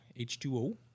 H2O